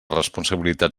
responsabilitat